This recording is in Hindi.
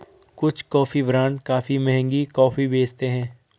कुछ कॉफी ब्रांड काफी महंगी कॉफी बेचते हैं